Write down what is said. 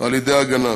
על-ידי "ההגנה".